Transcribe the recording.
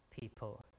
people